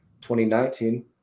2019